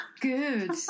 Good